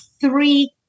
three